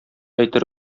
әйтер